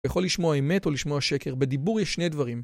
יכול לשמוע אמת או לשמוע שקר, בדיבור יש שני דברים.